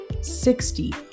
sixty